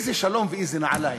איזה שלום ואיזה נעליים?